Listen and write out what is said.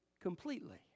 completely